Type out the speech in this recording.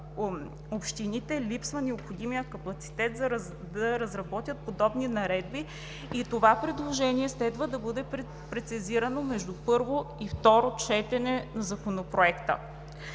общините липсва необходимият капацитет да разработят подобни наредби и това предложение следва да бъде прецизирано между първо и второ четене на Законопроекта.